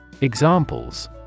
Examples